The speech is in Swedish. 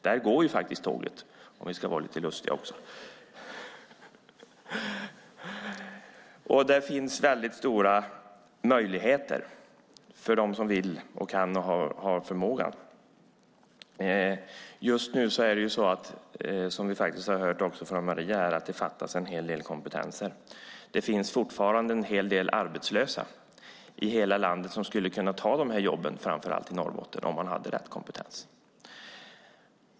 Där går faktiskt tåget, om vi ska vara lite lustiga. Där finns väldigt stora möjligheter för dem som vill, kan och har förmågan. Som vi har hört här från Maria Stenberg fattas det just nu en hel del kompetenser. Det finns fortfarande en hel del arbetslösa i hela landet som skulle kunna ta dessa jobb i framför allt Norrbotten om de hade rätt kompetens.